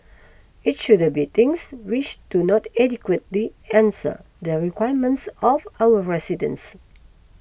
it shouldn't be things which do not adequately answer the requirements of our residents